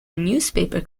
newspaper